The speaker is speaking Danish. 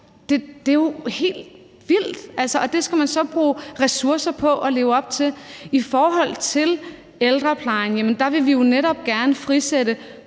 altså jo helt vildt, og det skal man så bruge ressourcer på at leve op til. I forhold til ældreplejen vil vi jo netop gerne frisætte